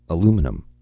aluminum.